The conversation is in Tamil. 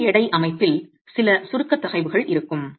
சுய எடை அமைப்பில் சில சுருக்கத் தகைவுகள் இருக்கும்